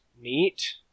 Neat